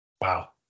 Wow